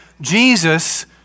Jesus